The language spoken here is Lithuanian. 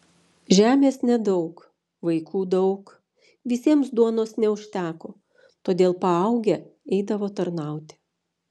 žemės nedaug vaikų daug visiems duonos neužteko todėl paaugę eidavo tarnauti